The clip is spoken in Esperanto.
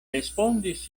respondis